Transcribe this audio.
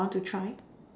I want to try